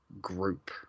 group